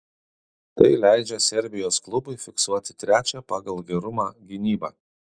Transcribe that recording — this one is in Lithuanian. tai leidžia serbijos klubui fiksuoti trečią pagal gerumą gynybą